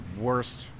worst